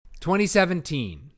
2017